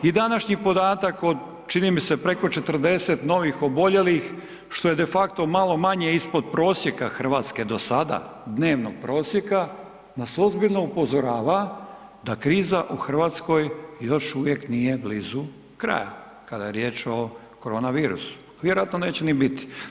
I današnji podatak od čini mi se preko 40 novih oboljelih što je de facto malo manje ispod prosjeka Hrvatske do sada, dnevnog prosjeka nas ozbiljno upozorava da kriza u Hrvatskoj još uvijek nije bilu kraja kada je riječ o koronavirusu, vjerojatno neće ni biti.